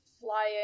flying